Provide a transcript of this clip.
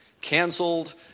canceled